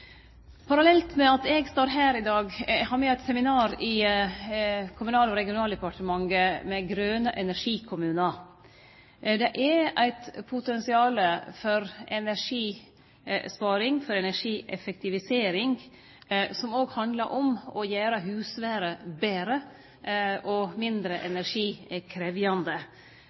Parallelt med at eg står her i dag, har me eit seminar i Kommunal- og regionaldepartementet med grøne energikommunar. Det er eit potensial for energisparing, for energieffektivisering, som òg handlar om å gjere husværa betre og mindre energikrevjande. Det er